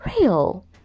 real